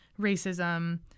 racism